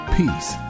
peace